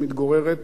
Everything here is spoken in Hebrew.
שמתגוררת